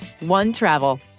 OneTravel